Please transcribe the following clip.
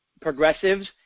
progressives